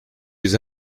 les